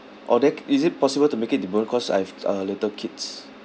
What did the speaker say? uh then is it possible to make it deboned cause I've uh little kids